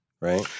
right